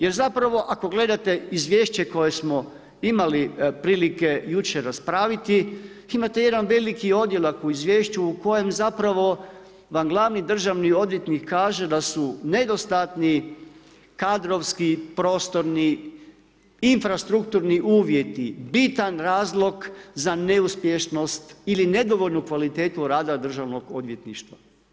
Jer zapravo ako gledate izvješće koje smo imali prilike jučer raspraviti, imate jedan veliki odjeljak u izvješću u kojem zapravo vam glavni državni odvjetnik kaže da su nedostatni kadrovski, prostorni, infrastrukturni uvjeti bitan razlog za neuspješnost ili nedovoljnu kvalitetu rada državnog odvjetništva.